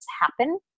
happen